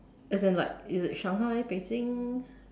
as in like Shanghai Beijing